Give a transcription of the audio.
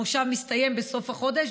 המושב מסתיים בסוף החודש,